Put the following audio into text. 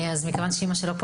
תודה.